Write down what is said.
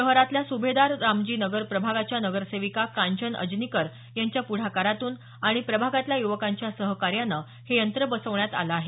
शहरातल्या सुभेदार रामजी नगर प्रभागाच्या नगरसेविका कांचन अजनीकर यांच्या प्ढाकारातून आणि प्रभागातल्या युवकांच्या सहकार्यानं हे यंत्र बसवण्यात आलं आहे